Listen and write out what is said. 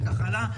וכך הלאה.